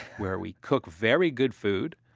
where we cook very good food,